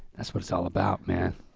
that's what it's all about, man.